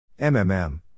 MMM